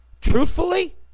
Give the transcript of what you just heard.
truthfully